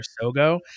Sogo